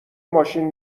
ماشین